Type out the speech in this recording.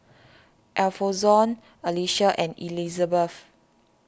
Alfonzo Alicia and Elisabeth